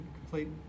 complete